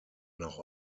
nach